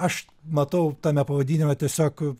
aš matau tame pavadinime tiesiog